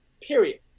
Period